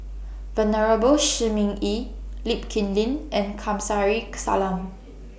Venerable Shi Ming Yi Lee Kip Lin and Kamsari Salam